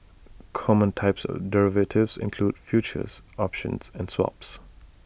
common types of derivatives include futures options and swaps